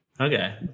Okay